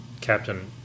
Captain